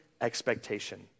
expectation